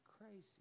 crazy